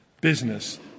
business